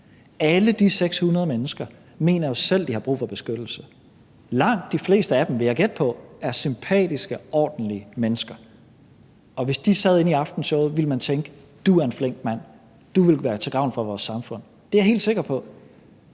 Alle de 600 mennesker mener jo selv, at de har brug for beskyttelse. Langt de fleste af dem, vil jeg gætte på, er sympatiske, ordentlige mennesker, og hvis de sad inde i Aftenshowet, ville man tænke: Du er en flink mand, du vil være til gavn for vores samfund. Det er jeg helt sikker på.